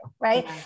right